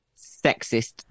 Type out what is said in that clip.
Sexist